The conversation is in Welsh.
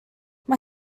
mae